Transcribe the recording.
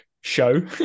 show